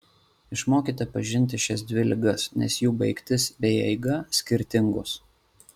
išmokite pažinti šias dvi ligas nes jų baigtis bei eiga skirtingos